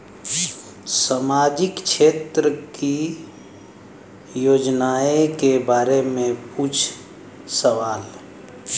सामाजिक क्षेत्र की योजनाए के बारे में पूछ सवाल?